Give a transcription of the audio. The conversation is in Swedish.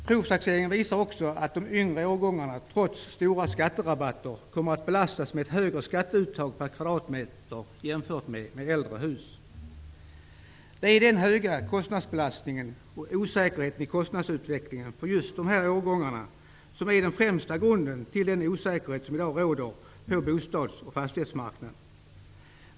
Provtaxeringen visar också att de yngre årgångarna, trots stora skatterabatter, kommer att belastas med ett högre skatteuttag per kvadratmeter jämfört med äldre hus. Det är den höga kostnadsbelastningen och osäkerheten i kostnadsutvecklingen för just dessa årgångar som är den främsta grunden till den osäkerhet som i dag råder på bostads och fastighetsmarknaderna.